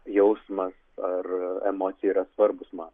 jausmas ar emocija yra svarbus man